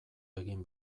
egin